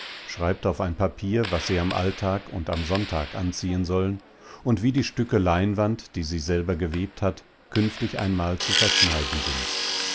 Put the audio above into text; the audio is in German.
schreibt auf ein papier was sie am alltag und am sonntag anziehen sollen und wie die stücke leinwand die sie selber gewebt hat künftig einmal zu verschneiden sind